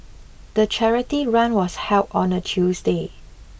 the charity run was held on a Tuesday